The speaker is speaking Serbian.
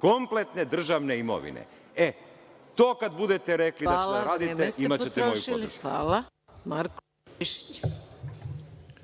kompletne državne imovine. E, to kad budete rekli da ćete da uradite, imaćete moju podršku. **Maja